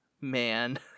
man